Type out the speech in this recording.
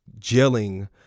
gelling